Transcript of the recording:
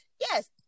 Yes